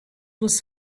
was